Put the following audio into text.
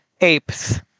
Apes